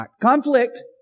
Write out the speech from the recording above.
conflict